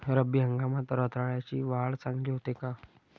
रब्बी हंगामात रताळ्याची वाढ चांगली होते का?